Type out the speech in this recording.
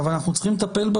אני רוצה לשאול שאלה פשוטה.